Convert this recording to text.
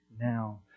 now